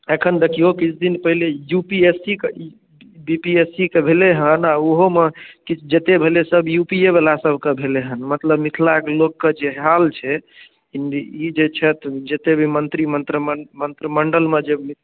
एखन देखिऔ किछु दिन पहिले यू पी एस सी कऽ ई बी पी एस सी कऽ भेलैहँ ओहोमे किछु जते भेलै सभ यू पीए बला सभकऽ भेलैहँ मतलब मिथिला लोक जे हाल छै ई जे छथि जतेक भी मंत्री मंत्र मंत्रिमण्डलमे जे